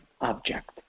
object